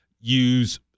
use